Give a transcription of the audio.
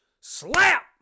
Slap